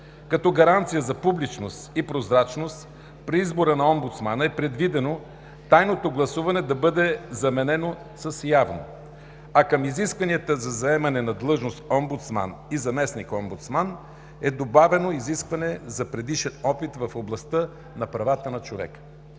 Като гаранция за публичност и прозрачност при избора на омбудсмана е предвидено тайното гласуване да бъде заменено с явно, а към изискванията за заемане на длъжността „омбудсман“ и „заместник-омбудсман“ е добавено изискване за предишен опит в областта на правата на човека.